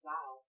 Wow